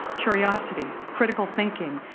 curiosity, critical thinking,